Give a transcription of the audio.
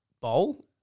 bowl –